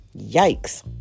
Yikes